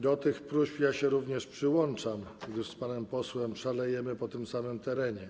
Do tych próśb ja się również przyłączam, gdyż z panem posłem szalejemy po tym samym terenie.